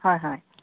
হয় হয়